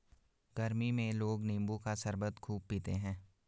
गरमी में लोग नींबू का शरबत खूब पीते है